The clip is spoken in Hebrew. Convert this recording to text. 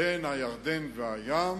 בין הירדן והים